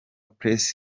press